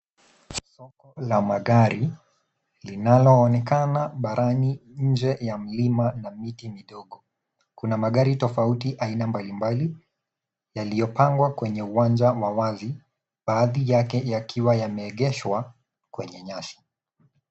Soko la magari linalo onekana barani nje ya mlima na miti midogo. Kuna magari tofauti aina mbali mbali yaliyopangwa kwenye uwanja wa wazi baadhi yake yakiwa yameegeshwa kwenye nyasi.